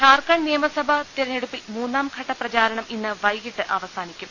ഝാർഖണ്ഡ് നിയമസഭാ തെരഞ്ഞെടുപ്പിൽ മൂന്നാംഘട്ട പ്രചാ രണം ഇന്ന് പ്രൈകിട്ട് അവസാനിക്കും